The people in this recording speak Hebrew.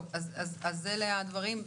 טוב, אז אלה הדברים.